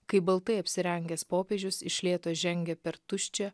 kai baltai apsirengęs popiežius iš lėto žengė per tuščią